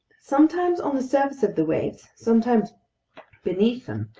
sometimes on the surface of the waves, sometimes beneath them,